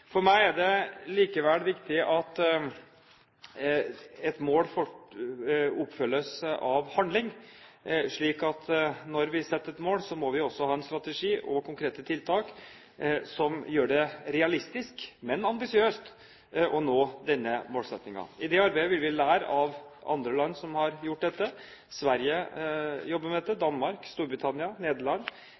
For meg er det likevel viktig at et mål følges av handling, slik at når vi setter et mål, må vi også ha en strategi og konkrete tiltak som gjør det realistisk, men ambisiøst å nå denne målsettingen. I dette arbeidet vil vi se på andre land som har gjort dette – Sverige jobber med dette, Danmark, Storbritannia, Nederland